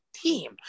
team